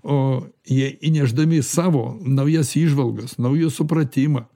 o jie įnešdami savo naujas įžvalgas naują supratimą